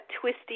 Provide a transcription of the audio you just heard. twisty